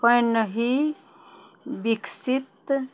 पैनही विकसित